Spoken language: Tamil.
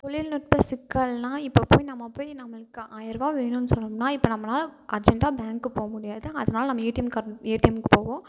தொழில்நுட்ப சிக்கல்னால் இப்போ போய் நம்ம போய் நம்மளுக்கு ஆயிரம் ருபா வேணும்ன் சொன்னோம்னால் இப்போ நம்மளால் அர்ஜென்ட்டாக பேங்க்கு போக முடியாது அதனால நம்ம ஏடிஎம் கார்ட் ஏடிஎம்க்கு போவோம்